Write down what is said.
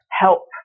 help